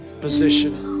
position